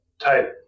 type